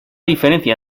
diferencia